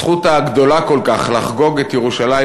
הזכות הגדולה כל כך לחגוג את ירושלים